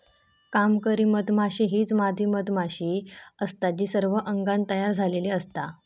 कामकरी मधमाशी हीच मादी मधमाशी असता जी सर्व अंगान तयार झालेली असता